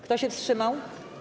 Kto się wstrzymał?